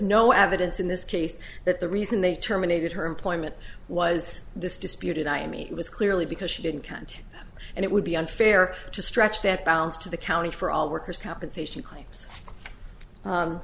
no evidence in this case that the reason they terminated her employment was this disputed i mean it was clearly because she didn't count them and it would be unfair to stretch that balance to the county for all workers compensation claims